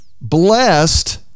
blessed